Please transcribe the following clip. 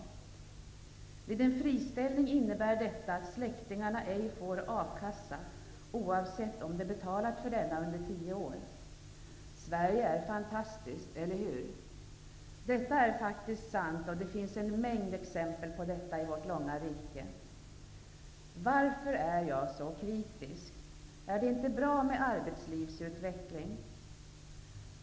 Vid en friställning innebär detta att släktingarna ej får A kassa, oavsett om de betalat för denna under tio år. Sverige är fantastiskt - eller hur? Detta är faktiskt sant, och det finns en mängd exempel på det i vårt långa rike. Varför är jag så kritisk? Är det inte bra med arbetslivsutveckling?